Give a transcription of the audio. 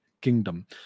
kingdom